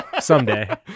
Someday